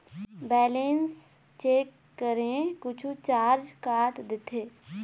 Balance check करें कुछू charge काट देथे?